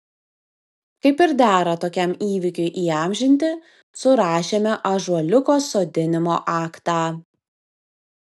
kaip ir dera tokiam įvykiui įamžinti surašėme ąžuoliuko sodinimo aktą